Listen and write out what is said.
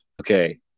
okay